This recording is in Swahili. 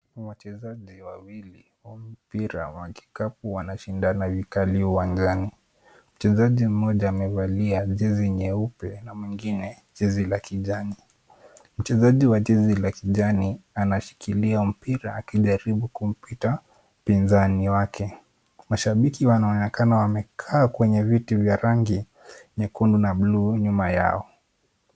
Wachezaji wawili wa mpira wa kikapu wanashindana vikali uwanjani. Mchezaji mmoja amevalia jezi nyeupe na mwingine jezi la kijani. Mchezaji wa jezi la kijani anashikilia mpira akijaribu kumpita mpinzani wake. Mashabiki wanaonekana wamekaa kwenye viti vya rangi nyekundu na buluu nyuma yao.